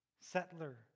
settler